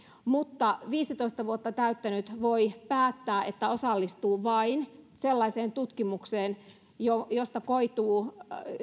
mutta viisitoista vuotta täyttänyt voi päättää että osallistuu vain sellaiseen tutkimukseen josta josta koituu